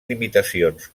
limitacions